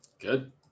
Good